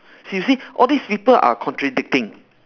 you see you see all these people are contradicting